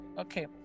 Okay